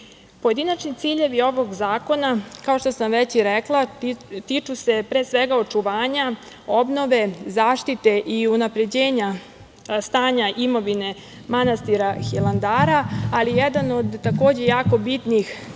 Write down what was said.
donacija. Pojedinačni ciljevi ovog zakona, kao što sam već i rekla, tiču se pre svega očuvanja, obnove, zaštite i unapređenja stanja imovine manastira Hilandara, ali jedan od takođe jako bitnih ciljeva